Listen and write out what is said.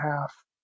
half